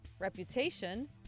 reputation